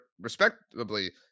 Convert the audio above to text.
respectably